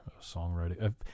songwriting